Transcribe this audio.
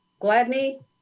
Gladney